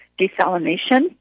desalination